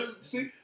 see